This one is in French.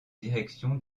direction